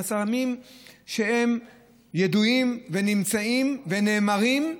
אלה חסמים שהם ידועים ונמצאים ונאמרים,